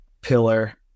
pillar